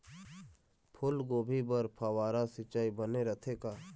फूलगोभी बर फव्वारा सिचाई बने रथे का?